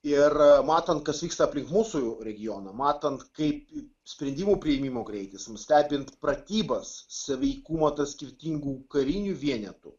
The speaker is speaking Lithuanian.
ir matant kas vyksta aplink mūsų regioną matant kaip sprendimų priėmimo greitis mums stebinti pratybas sąveikumo tas skirtingų karinių vienetų